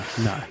no